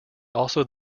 also